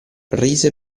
rise